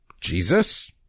Jesus